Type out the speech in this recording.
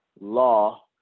Law